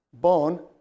bone